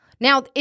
now